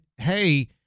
Hey